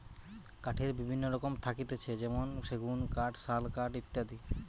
কাঠের বিভিন্ন রকম থাকতিছে যেমনি সেগুন কাঠ, শাল কাঠ ইত্যাদি